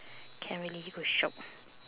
can't really go shop